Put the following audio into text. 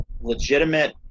legitimate